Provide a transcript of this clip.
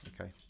Okay